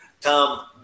Tom